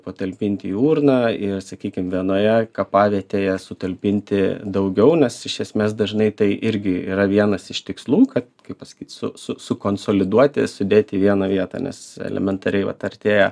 patalpint į urną ir sakykim vienoje kapavietėje sutalpinti daugiau nes iš esmes dažnai tai irgi yra vienas iš tikslų kad kaip pasakyt su su sukonsoliduoti sudėti į vieną vietą nes elementariai vat artėja